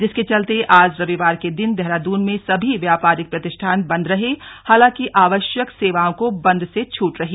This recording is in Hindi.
जिसके चलते आज रविवार के दिन देहरादून में सभी व्यापारिक प्रतिठान बन्द रहे हालांकि आवश्यक सेवाओं को बंद से छूट रही